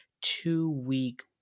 two-week